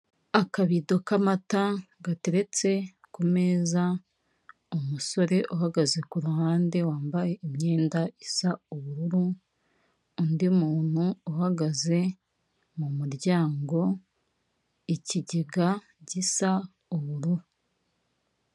Akabido k'amata gateretse ku meza, umusore uhagaze ku ruhande wambaye imyenda isa ubururu, undi muntu uhagaze mu muryango, ikigega gisa ubururu.